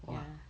ya